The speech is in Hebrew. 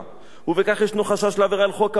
ובכך ישנו חשש לעבירה על חוק העונשין.